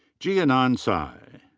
jiannan cai.